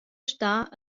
stà